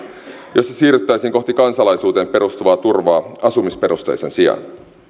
jossa siirryttäisiin kohti kansalaisuuteen perustuvaa turvaa asumisperusteisen sijaan